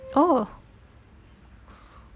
oh